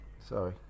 Sorry